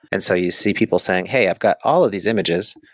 and so you see people saying, hey, i've got all of these images.